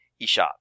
eShop